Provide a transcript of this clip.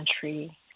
country